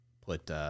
put